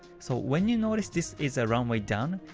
so when you notice this is a runway down,